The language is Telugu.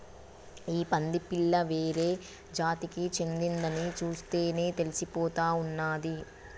ఈ పంది పిల్ల వేరే జాతికి చెందిందని చూస్తేనే తెలిసిపోతా ఉన్నాది